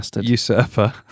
usurper